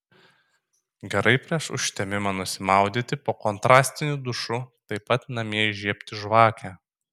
gerai prieš užtemimą nusimaudyti po kontrastiniu dušu taip pat namie įžiebti žvakę